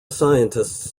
scientists